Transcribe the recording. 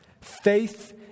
faith